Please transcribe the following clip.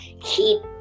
keep